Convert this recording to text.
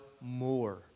more